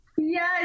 Yes